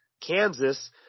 Kansas